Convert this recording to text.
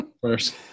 first